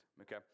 okay